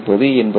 என்பதாகும்